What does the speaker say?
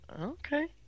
Okay